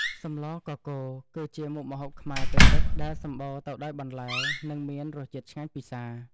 សម្លកកូរគឺជាមុខម្ហូបខ្មែរពិតៗដែលសម្បូរទៅដោយបន្លែ និងមានរសជាតិឆ្ងាញ់ពិសា។